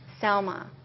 Selma